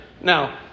Now